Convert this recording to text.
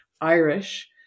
Irish